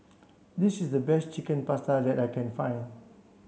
this is the best Chicken Pasta that I can find